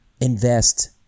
invest